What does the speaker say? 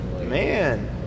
Man